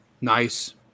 Nice